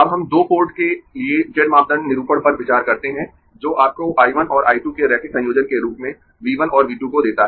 अब हम दो पोर्ट के लिए z मापदंड निरूपण पर विचार करते है जो आपको I 1 और I 2 के रैखिक संयोजन के रूप में V 1 और V 2 को देता है